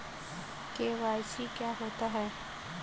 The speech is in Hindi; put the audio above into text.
के.वाई.सी क्या होता है?